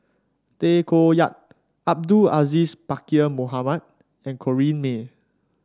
Tay Koh Yat Abdul Aziz Pakkeer Mohamed and Corrinne May